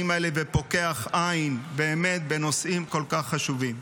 האלה ופוקח עין בנושאים כל כך חשובים.